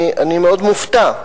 אני מאוד מופתע,